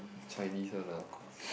Chinese one lah of course